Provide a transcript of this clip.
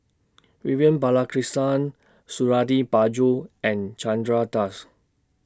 Vivian Balakrishnan Suradi Parjo and Chandra Das